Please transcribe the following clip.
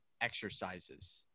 exercises